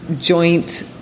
joint